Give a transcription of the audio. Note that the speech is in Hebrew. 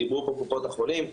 קופות החולים דיברו פה,